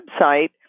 website